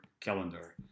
calendar